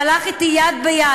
שהלך אתי יד ביד.